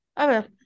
Okay